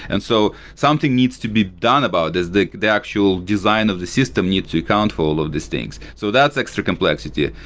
and so something needs to be done about this. the the actual design of the system needs to account for all of these things. so that's extra complexity.